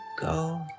go